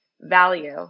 value